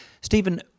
Stephen